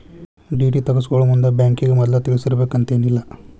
DD ತಗ್ಸ್ಕೊಳೊಮುಂದ್ ಬ್ಯಾಂಕಿಗೆ ಮದ್ಲ ತಿಳಿಸಿರ್ಬೆಕಂತೇನಿಲ್ಲಾ